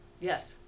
Yes